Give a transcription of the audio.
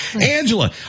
Angela